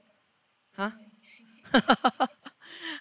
!huh!